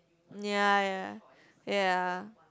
ya ya ya